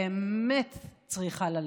שבאמת צריכה ללכת.